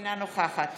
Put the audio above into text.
אינה נוכחת